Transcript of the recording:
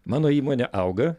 mano įmonė auga